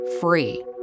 free